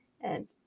and-